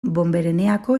bonbereneako